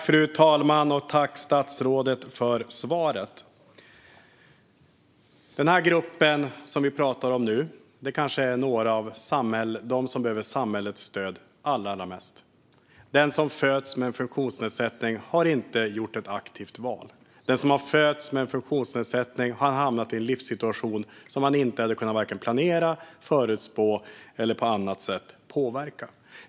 Fru talman! Tack, statsrådet, för svaret! Den grupp som vi talar om nu är kanske den grupp som behöver samhällets stöd allra mest. Den som föds med en funktionsnedsättning har inte gjort ett aktivt val. Den som föds med en funktionsnedsättning har hamnat i en livssituation som man varken kan planera, förutspå eller på annat sätt påverka.